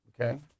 Okay